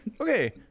Okay